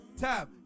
time